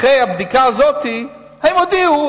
אחרי הבדיקה הזאת הם הודיעו,